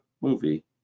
movie